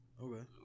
Okay